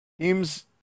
teams